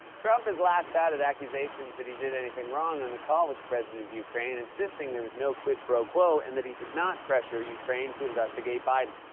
trump has lashed out at accusations that he did anything wrong on and the call with the president of ukraine, insisting there was no quid pro quo and that he did not pressure ukraine to investigate biden.